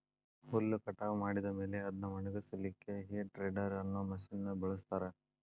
ಹುಲ್ಲ್ ಕಟಾವ್ ಮಾಡಿದ ಮೇಲೆ ಅದ್ನ ಒಣಗಸಲಿಕ್ಕೆ ಹೇ ಟೆಡ್ದೆರ್ ಅನ್ನೋ ಮಷೇನ್ ನ ಬಳಸ್ತಾರ